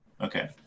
Okay